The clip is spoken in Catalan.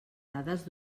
dades